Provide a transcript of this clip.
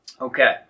Okay